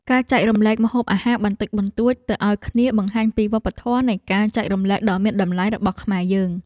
ការចែករំលែកម្ហូបអាហារបន្តិចបន្តួចទៅឱ្យគ្នាបង្ហាញពីវប្បធម៌នៃការចែករំលែកដ៏មានតម្លៃរបស់ខ្មែរយើង។